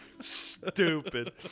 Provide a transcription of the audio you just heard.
stupid